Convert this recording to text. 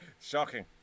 Shocking